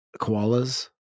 koalas